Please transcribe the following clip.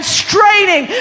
straining